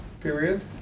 period